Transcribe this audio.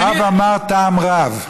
הרב אמר טעם רב.